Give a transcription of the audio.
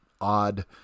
odd